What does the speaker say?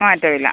മാറ്റമില്ല